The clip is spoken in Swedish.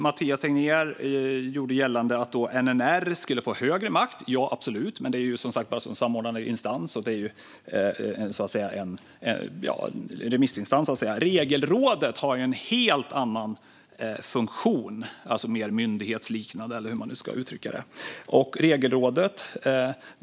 Mathias Tegnér gjorde gällande att NNR skulle få mer makt - ja, absolut, som samordnande instans. Regelrådet har en helt annan och mer myndighetsliknande funktion.